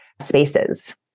spaces